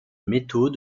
métaux